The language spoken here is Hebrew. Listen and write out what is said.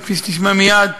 וכפי שתשמע מייד,